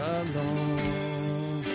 alone